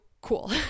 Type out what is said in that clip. cool